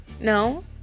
No